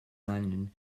london